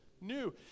New